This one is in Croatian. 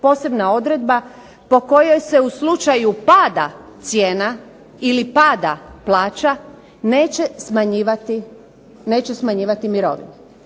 posebna odredba po kojoj se u slučaju pada cijena ili pada plaća neće smanjivati mirovine.